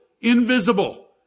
invisible